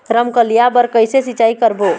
रमकलिया बर कइसे सिचाई करबो?